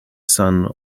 son